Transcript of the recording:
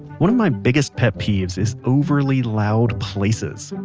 one of my biggest pet peeves is overly loud places.